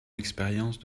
l’expérience